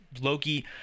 Loki